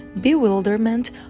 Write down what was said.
bewilderment